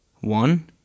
One